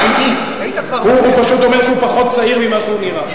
הוא פשוט אומר שהוא פחות צעיר ממה שהוא נראה,